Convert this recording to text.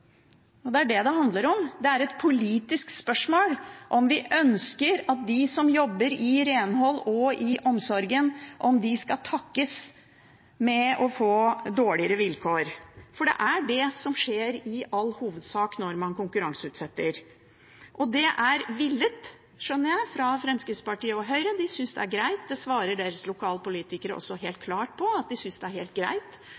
Det er det det handler om. Det er et politisk spørsmål – om vi ønsker at de som jobber innen renhold og innen omsorg skal takkes med å få dårligere vilkår, for det er i all hovedsak det som skjer når man konkurranseutsetter. Og det er villet, skjønner jeg, fra Fremskrittspartiet og Høyre, de synes det er greit. Deres lokalpolitikere svarer også helt klart at de synes det er helt greit